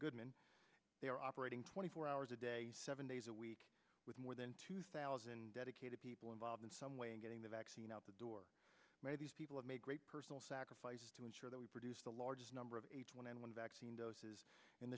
goodman they are operating twenty four hours a day seven days a week with more than two thousand dedicated people involved in some way in getting the vaccine out the door people have made great personal sacrifices to ensure that we produce the largest number of h one n one vaccine doses